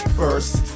first